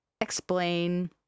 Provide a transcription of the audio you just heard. explain